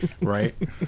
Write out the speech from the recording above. Right